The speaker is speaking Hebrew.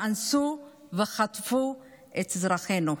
אנסו וחטפו את אזרחינו.